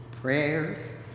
prayers